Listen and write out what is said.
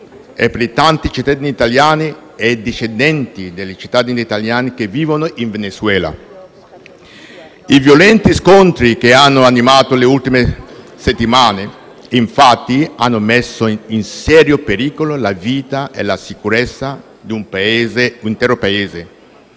e per i tanti cittadini italiani e discendenti dei cittadini italiani che vivono in Venezuela. I violenti scontri che hanno animato le ultime settimane hanno messo in serio pericolo la vita e la sicurezza di un intero Paese